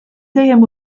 dejjem